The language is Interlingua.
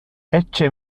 ecce